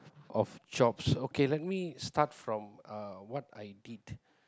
of jobs okay let me start from uh what I did